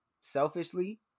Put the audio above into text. selfishly